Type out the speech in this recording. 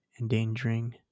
endangering